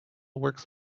works